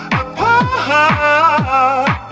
apart